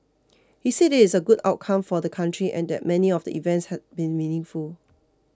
he said it is a good outcome for the country and that many of the events had been meaningful